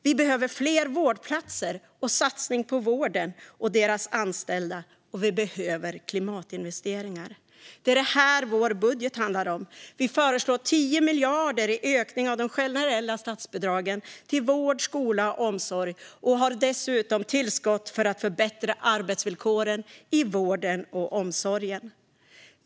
Vi behöver fler vårdplatser och satsning på vården och dess anställda, och vi behöver klimatinvesteringar. Det är detta vår budget handlar om. Vi föreslår 10 miljarder i ökning av de generella statsbidragen till vård, skola och omsorg och har dessutom tillskott för att förbättra arbetsvillkoren i vården och omsorgen.